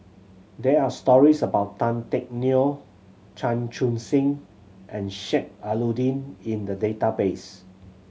there are stories about Tan Teck Neo Chan Chun Sing and Sheik Alau'ddin in the database